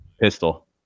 pistol